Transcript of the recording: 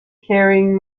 carrying